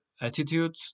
Attitude